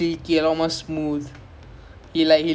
technical and ya